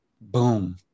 boom